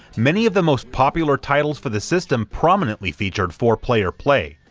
many of the most popular titles for the system prominently featured four player play,